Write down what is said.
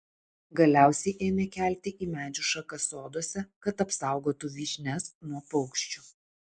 galiausiai ėmė kelti į medžių šakas soduose kad apsaugotų vyšnias nuo paukščių